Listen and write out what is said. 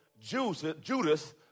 Judas